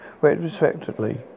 respectively